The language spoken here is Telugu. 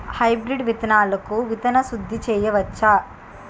హైబ్రిడ్ విత్తనాలకు విత్తన శుద్ది చేయవచ్చ?